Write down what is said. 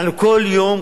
אנחנו כל יום,